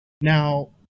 Now